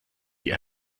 die